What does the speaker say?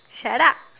shut up